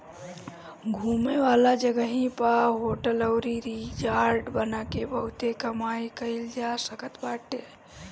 घूमे वाला जगही पअ होटल अउरी रिजार्ट बना के बहुते कमाई कईल जा सकत बाटे